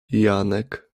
janek